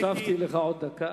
הוספתי לך עוד דקה.